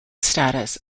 status